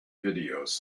videos